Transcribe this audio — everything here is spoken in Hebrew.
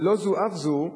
ולא זו אף זו,